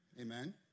Amen